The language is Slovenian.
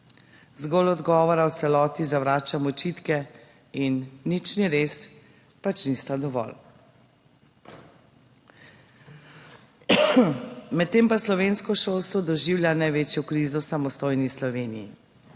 Zgolj odgovora v celoti zavračam očitke in nič ni res, pač, nista dovolj. Medtem pa slovensko šolstvo doživlja največjo krizo v samostojni Sloveniji.